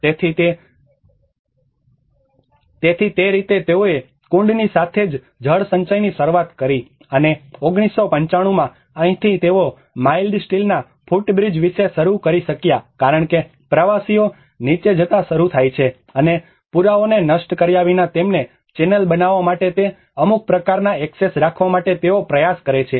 તેથી તે રીતે તેઓએ કુંડની સાથે જ જળસંચયની શરૂઆત કરી અને 1995 માં અહીંથી તેઓ માઇલ્ડ સ્ટીલના ફૂટબ્રીજ વિશે શરૂ કરી શક્યા કારણ કે પ્રવાસીઓ નીચે જતા શરૂ થાય છે અને પુરાવાઓને નષ્ટ કર્યા વિના તેમને ચેનલ બનાવવા માટે તે અમુક પ્રકારના એક્સેસ રાખવા માટે તેઓ પ્રયાસ કરે છે